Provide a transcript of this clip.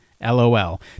LOL